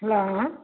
hello